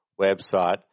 website